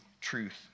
truth